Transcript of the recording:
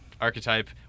archetype